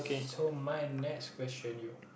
so my next question you